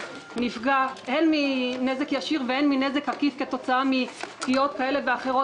שנפגע הן מנזק ישיר והן מנזק עקיף בגלל מפגיעות כאלה ואחרות